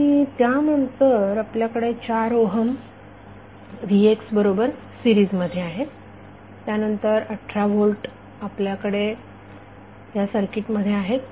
आणि त्यानंतर आपल्याकडे 4 ओहम vx बरोबर सीरिजमध्ये आहेत आणि त्यानंतर 18 व्होल्ट आपल्याकडे या सर्किटमध्ये आहेत